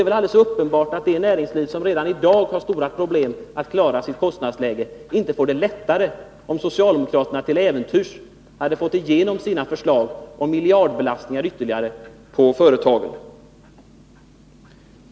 Det är uppenbart att näringslivet, som redan i dag har stora problem med att hålla sitt kostnadsläge nere, inte skulle få det lättare, om socialdemokraterna till äventyrs får igenom sina tankar om ytterligare miljardbelastningar på företagen.